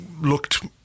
looked